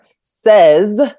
says